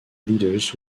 leaders